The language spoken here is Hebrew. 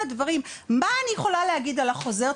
הדברים מה אני יכולה להגיד על החוזר?